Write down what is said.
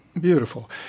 Beautiful